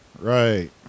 Right